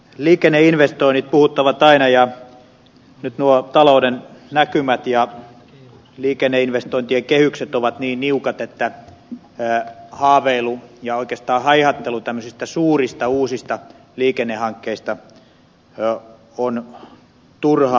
liikenneinvestoinnit puhuttavat aina ja nyt nuo talouden näkymät ja liikenneinvestointien kehykset ovat niin niukat että haaveilu ja oikeastaan haihattelu tämmöisistä suurista uusista liikennehankkeista on turhaa